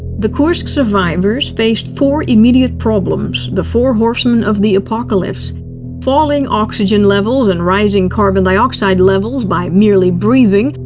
the kursk survivors faced four immediate problems, the four horsemen of the apocalypse falling oxygen levels and rising carbon dioxide levels by merely breathing,